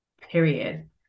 period